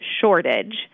shortage